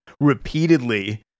repeatedly